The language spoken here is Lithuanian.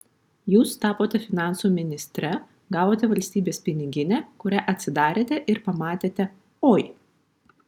jūs tapote finansų ministre gavote valstybės piniginę kurią atsidarėte ir pamatėte oi